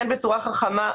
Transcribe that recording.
כן בצורה חכמה,